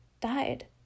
died